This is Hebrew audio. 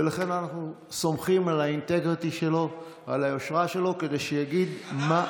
ולכן אנחנו סומכים על האינטגריטי שלו ועל היושרה שלו כדי שיגיד מה,